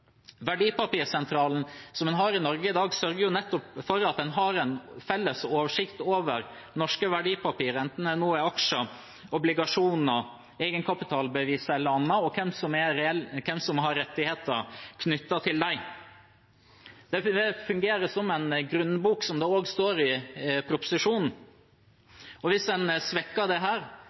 Verdipapirsentralen som en har i Norge i dag, sørger nettopp for at en har en felles oversikt over norske verdipapirer, enten det er aksjer, obligasjoner, egenkapitalbevis eller annet, og hvem som har rettigheter knyttet til dem. Det fungerer som en grunnbok, som det også står i proposisjonen. Hvis en svekker dette, har også Norges Bank sagt at i ytterste konsekvens kan det